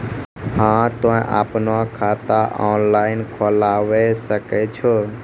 हाँ तोय आपनो खाता ऑनलाइन खोलावे सकै छौ?